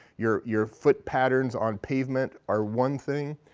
your your foot patterns on pavement are one thing,